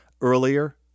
Earlier